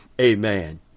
Amen